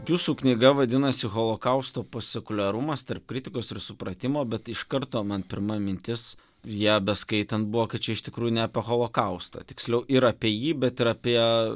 jūsų knyga vadinasi holokausto postsekuliarumas tarp kritikos ir supratimo bet iš karto man pirma mintis ją beskaitant buvo kad čia iš tikrųjų ne apie holokaustą tiksliau ir apie jį bet ir apie